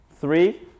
Three